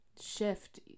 shift